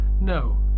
no